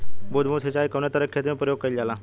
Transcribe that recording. बूंद बूंद सिंचाई कवने तरह के खेती में प्रयोग कइलजाला?